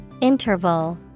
Interval